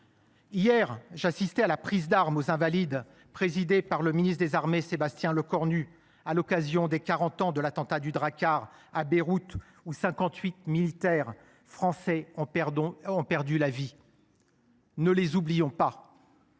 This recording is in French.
Hier, j’assistais à la prise d’armes, aux Invalides, présidée par le ministre des armées, Sébastien Lecornu, à l’occasion des quarante ans de l’attentat du Drakkar à Beyrouth, où 58 militaires français ont perdu la vie. Ne les oublions pas